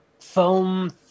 foam